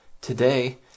Today